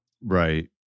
Right